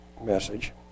message